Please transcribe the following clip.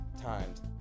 times